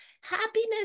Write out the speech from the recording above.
happiness